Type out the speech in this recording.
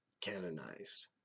canonized